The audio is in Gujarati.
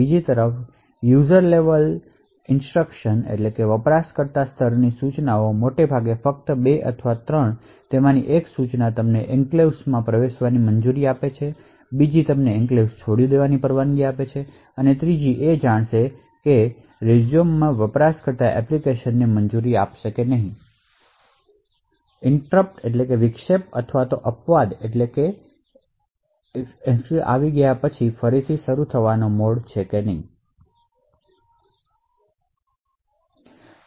બીજી તરફ યુઝર સ્તર સૂચનો મોટે ભાગે ફક્ત 2 અથવા 3 છે તેમાંથી એક સૂચના તમને એન્ક્લેવ્સ માં પ્રવેશવાની મંજૂરી આપશે અને બીજી એક તમને એન્ક્લેવ્સ છોડી દેવાની પરવાનગી આપશે અને ત્રીજી રેઝ્યૂમ જે યુઝર મોડમાં એપ્લિકેશન ને ઇન્ટ્રપટ અથવા એક્સેપસન આવી ગયા પછી ફરી શરૂ કરવાની મંજૂરી આપશે